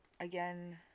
again